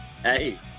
Hey